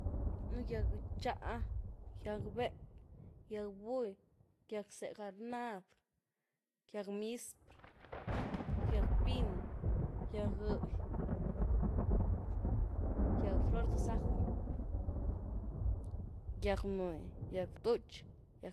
Nú gýag gëtxáh, gýag bép, gýag buy, gýag zé’garnad, gýag mizpr, gýag pín, gýag gëdy, gýag flor de zajo, gýag bnwé, gýag btútx.